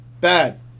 Bad